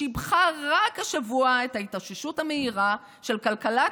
שיבחו רק השבוע את ההתאוששות המהירה של כלכלת